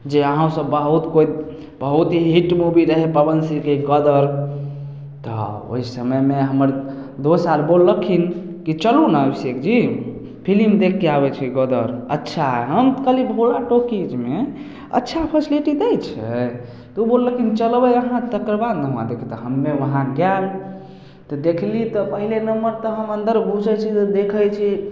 जे अहौँ सब बहुत कोइ बहुत ही हिट मुबी रहै पवन सिंहके गदर तऽ ओहि समयमे हमर दोस आर बोललखिन की चलु ने सेठ जी फिलिम देखके आबै छी गदर अच्छा हम कहलियै भोला टाॅकीजमे अच्छा फैसलिटी दय छै तऽ ओ बोललखिन चलबै अहाँ तक्कर बाद ने हुआँ देखबै तऽ हम्मे वहाँ गेल तऽ देखली तऽ पहिले नम्बर तऽ हम अन्दर घुसै छी तऽ देखै छी